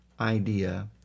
idea